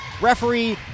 Referee